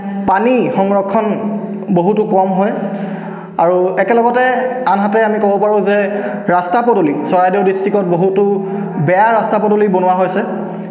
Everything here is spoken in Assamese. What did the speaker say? পানী সংৰক্ষণ বহুতো কম হয় আৰু একেলগতে আনহাতে আমি ক'ব পাৰোঁ যে ৰাস্তা পদূলিত চৰাইদেউ ডিষ্ট্ৰিকত বহুতো বেয়া ৰাস্তা পদূলি বনোৱা হৈছে